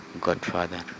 Godfather